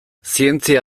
zientzia